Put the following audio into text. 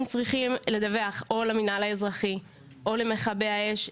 הם צריכים לדווח או למינהל האזרחי, או למכבי האש.